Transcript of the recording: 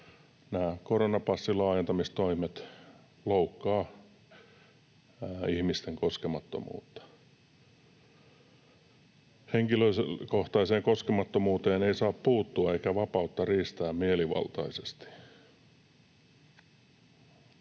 koronapassin laajentamistoimet loukkaavat ihmisten koskemattomuutta. ”Henkilökohtaiseen koskemattomuuteen ei saa puuttua eikä vapautta riistää mielivaltaisesti.”